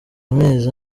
amezi